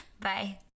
bye